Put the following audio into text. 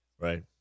Right